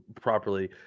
properly